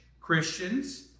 Christians